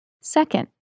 Second